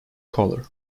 color